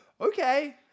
Okay